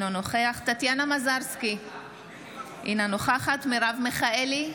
אינו נוכח טטיאנה מזרסקי, אינה נוכחת מרב מיכאלי,